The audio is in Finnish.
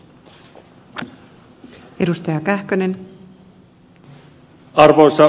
arvoisa puhemies